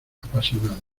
apasionada